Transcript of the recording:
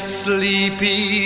sleepy